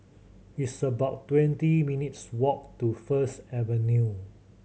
it's about twenty minutes' walk to First Avenue